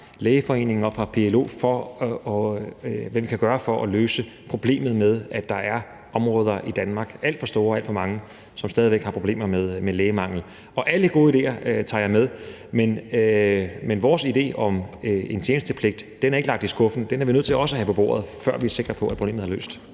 Lægeforeningen og fra PLO på, hvad vi kan gøre for at løse problemet med, at der er områder i Danmark, alt for store og alt for mange, som stadig væk har problemer med lægemangel. Alle gode idéer tager jeg med, men vores idé om en tjenestepligt er ikke lagt i skuffen. Den er vi nødt til også at have på bordet, før vi er sikre på, at problemet er løst.